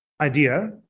idea